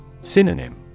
Synonym